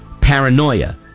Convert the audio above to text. paranoia